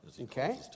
Okay